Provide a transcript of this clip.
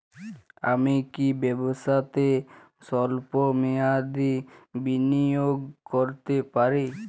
আমি কি ব্যবসাতে স্বল্প মেয়াদি বিনিয়োগ করতে পারি?